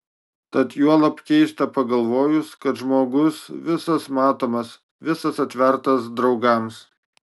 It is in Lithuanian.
tad juolab keista pagalvojus kad žmogus visas matomas visas atvertas draugams